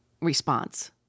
response